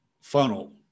funnel